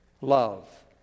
love